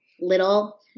little